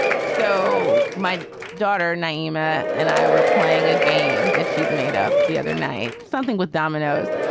so my daughter naima and i were playing a game that she'd made up the other night. something with dominos.